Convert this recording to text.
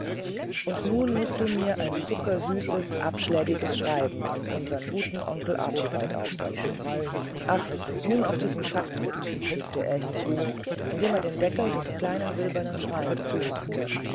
und nun mußt du mir ein zuckersüßes abschlägiges schreiben an unsern guten onkel archibald aufsetzen ach nimm auch diesen schatz mit fügte er hinzu indem er den deckel des kleinen silbernen schreins zumachte